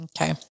Okay